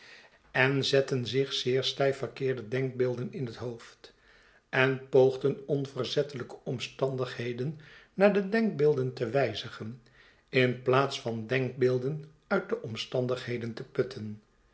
en zetten zich zeer stijf verkeerde denkbeelden in het hoofd en poogden onverzettelijke omstandigheden naar de denkbeelden te wijzigen in plaats van denkbeelden uit de omstandigheden te putten